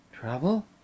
Trouble